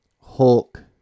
Hulk